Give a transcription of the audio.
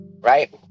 Right